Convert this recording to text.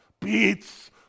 Beats